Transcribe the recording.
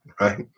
right